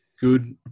good